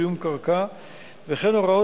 עוברים להצעת חוק מניעת זיהום קרקע ושיקום קרקעות